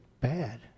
bad